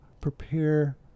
prepare